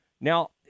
Now